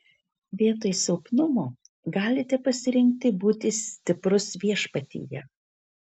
vietoj silpnumo galite pasirinkti būti stiprus viešpatyje